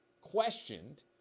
questioned